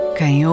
Quem